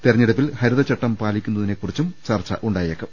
തെരഞ്ഞെടുപ്പിൽ ഹരിതച്ചട്ടം പാലിക്കുന്നതിനെ കുറിച്ചും ചർച്ച യുണ്ടായേക്കും